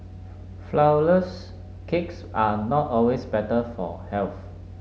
flourless cakes are not always better for health